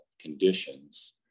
conditions